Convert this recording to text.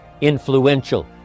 Influential